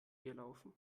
gelaufen